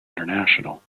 international